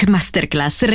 Masterclass